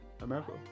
America